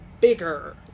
bigger